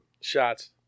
Shots